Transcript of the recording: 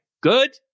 good